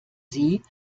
sie